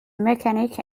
mechanic